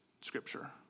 scripture